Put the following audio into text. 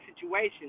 situation